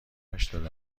هشتاد